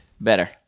Better